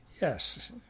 Yes